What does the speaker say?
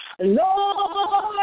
Lord